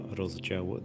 rozdział